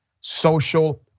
social